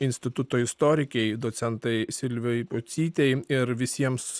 instituto istorikei docentai silvai pocytei ir visiems